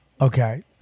Okay